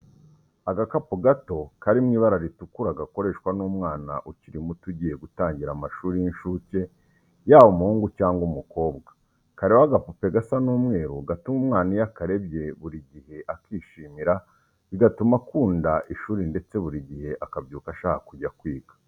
Agakapu gato kari mu ibara ritukura gakoreshwa n'umwana ukiri muto ugiye gutangira amashuri y'incuke yaba umuhungu cyangwa umukobwa, kariho agapupe gasa n'umweru gatuma umwana iyo akarebye buri gihe akishimira bigatuma akunda ishuri ndetse buri gihe akabyuka ashaka kujya kwiga.